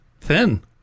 Thin